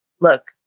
look